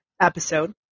episode